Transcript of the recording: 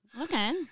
Okay